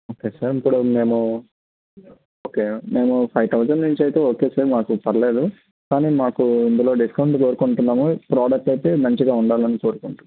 okay sir ఇప్పుడు మేము okay మేము ఫైవ్ థౌజండ్ నుంచి అయితే ఓకే సార్ మాకు పర్లేదు కానీ మాకు ఇందులో డిస్కౌంట్ కోరుకుంటున్నాము ప్రోడక్ట్ అయితే మంచిగా ఉండాలని కోరుకుంటున్నాము